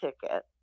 ticket